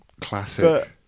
classic